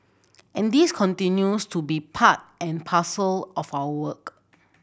and this continues to be part and parcel of our work